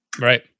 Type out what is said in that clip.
Right